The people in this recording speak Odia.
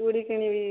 ଚୁଡ଼ି କିଣିବି